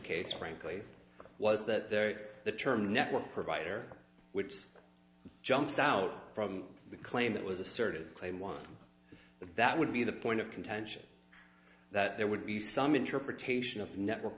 case frankly was that there is the term network provider which jumps out from the claim that was asserted claim one that would be the point of contention that there would be some interpretation of network